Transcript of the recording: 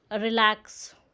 relax